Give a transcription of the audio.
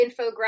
infographic